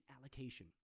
allocation